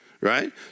right